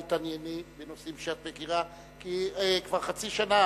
תתענייני בנושאים שאת מכירה, כי כבר חצי שנה